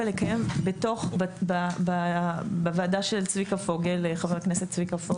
דווקא בוועדה של חבר הכנסת צביקה פוגל.